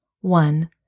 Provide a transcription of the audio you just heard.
One